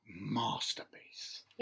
masterpiece